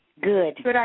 Good